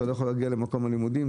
אתה לא יכול להגיע למקום הלימודים,